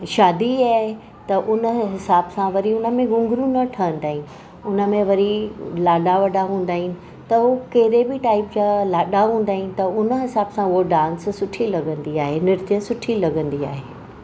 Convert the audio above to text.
शादी आहे त उन हिसाब सां वरी उन में घुंघरू न ठवंदा आहिनि उन में वरी लाडा वाडा हूंदा आहिनि त उहो कहिड़ो बि टाइप जा लाडा हूंदा आहिनि त उन हिसाब सां उहो डांस सुठी लॻंदी आहे नृत्य सुठी लॻंदी आहे